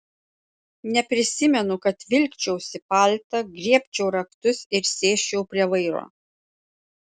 neprisimenu kad vilkčiausi paltą griebčiau raktus ir sėsčiau prie vairo